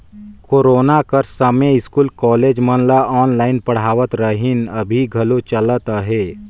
corona कर समें school, college मन ऑनलाईन पढ़ावत रहिन, अभीं घलो चलत अहे